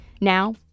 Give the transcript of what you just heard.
Now